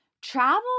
Travel